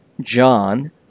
John